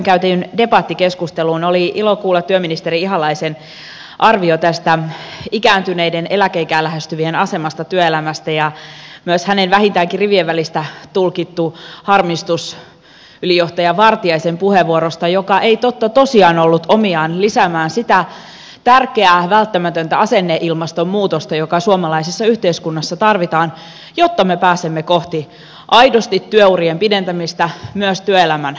oli ilo kuulla työministeri ihalaisen arvio tästä ikääntyneiden eläkeikää lähestyvien asemasta työelämässä ja myös hänen vähintäänkin rivien välistä tulkittu harmistuksensa ylijohtaja vartiaisen puheenvuorosta joka ei totta tosiaan ollut omiaan lisäämään sitä tärkeää välttämätöntä asenneilmaston muutosta joka suomalaisessa yhteiskunnassa tarvitaan jotta me pääsemme aidosti kohti työurien pidentämistä myös työelämän loppupäästä